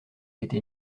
été